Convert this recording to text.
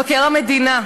מבקר המדינה,